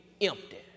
empty